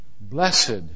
Blessed